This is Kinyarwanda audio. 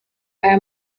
aya